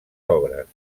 obres